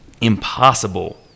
impossible